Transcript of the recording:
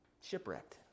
Shipwrecked